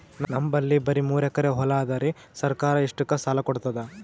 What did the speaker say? ನಮ್ ಬಲ್ಲಿ ಬರಿ ಮೂರೆಕರಿ ಹೊಲಾ ಅದರಿ, ಸರ್ಕಾರ ಇಷ್ಟಕ್ಕ ಸಾಲಾ ಕೊಡತದಾ?